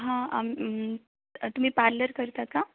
हां आ तुम्ही पार्लर करता का